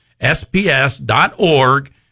sps.org